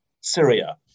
Syria